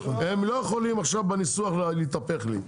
הם לא יכולים עכשיו בניסוח להתהפך לי.